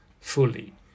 fully